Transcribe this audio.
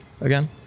again